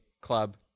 Club